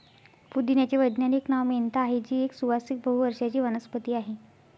पुदिन्याचे वैज्ञानिक नाव मेंथा आहे, जी एक सुवासिक बहु वर्षाची वनस्पती आहे